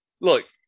Look